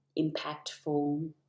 impactful